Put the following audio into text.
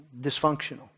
Dysfunctional